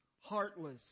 heartless